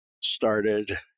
started